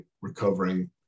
recovering